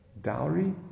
dowry